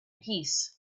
peace